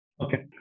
Okay